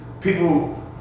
people